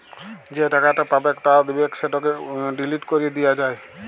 যে টাকাট পাবেক বা দিবেক সেটকে ডিলিট ক্যরে দিয়া যায়